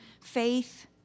faith